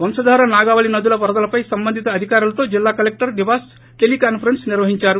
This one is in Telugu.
వంశధార నాగావళి నదుల వరదలపై సంబంధిత అధికారులతో జిల్లా కలెక్షర్ నివాస్ టెలీకాన్సరెస్స్ నిర్వహించారు